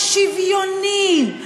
השוויוני,